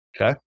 Okay